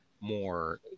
more